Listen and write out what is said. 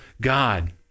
God